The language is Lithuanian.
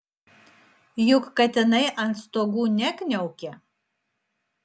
juk katinai ant stogų nekniaukė